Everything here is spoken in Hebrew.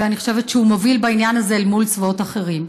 ואני חושבת שהוא מוביל בעניין הזה אל מול צבאות אחרים.